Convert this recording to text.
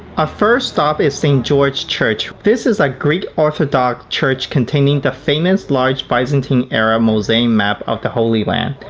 ah first stop is st george church. this is the like greek orthodox church contain the famous large byzantine-era mosaic map of the holy land.